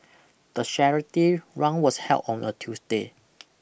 the charity rung was held on a Tuesday